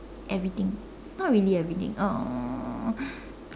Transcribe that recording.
everything not really everything uh